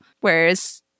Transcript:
Whereas